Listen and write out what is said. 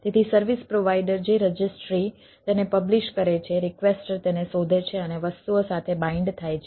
તેથી service provider જે registry તેને પબ્લીશ કરે છે રિક્વેસ્ટર તેને શોધે છે અને વસ્તુઓ સાથે બાઈન્ડ થાય છે